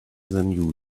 than